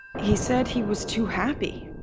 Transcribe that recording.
he said he was too happy.